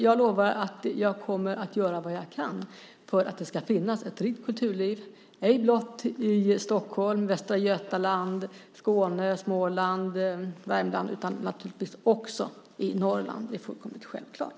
Jag lovar att jag kommer att göra vad jag kan för att det ska finnas ett rikt kulturliv, ej blott i Stockholm, Västra Götaland, Skåne, Småland och Värmland utan naturligtvis också i Norrland. Det är fullkomligt självklart.